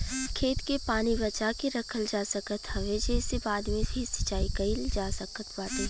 खेत के पानी बचा के रखल जा सकत हवे जेसे बाद में भी सिंचाई कईल जा सकत बाटे